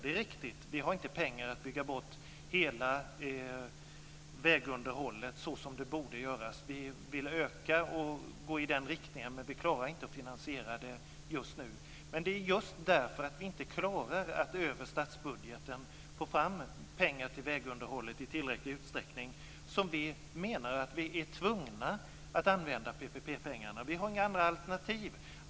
Det är riktigt att vi inte har pengar att bygga bort hela vägunderhållet såsom det borde göras. Vi vill öka och gå i den riktningen, men vi klarar inte att finansiera det just nu. Men det är just därför att vi inte klarar att över statsbudgeten få fram pengar till vägunderhållet i tillräcklig utsträckning som vi menar att vi är tvungna att använda PPP pengarna. Vi har inga andra alternativ.